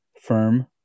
firm